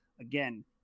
again